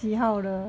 几号的